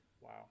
Wow